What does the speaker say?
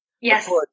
Yes